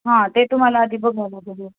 हा ते तुम्हाला आधी बघायला पायजेल